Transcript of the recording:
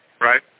right